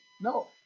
No